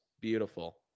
beautiful